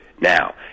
now